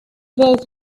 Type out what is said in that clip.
both